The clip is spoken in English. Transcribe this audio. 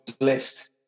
list